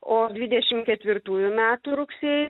o dvidešim ketvirtųjų metų rugsėjį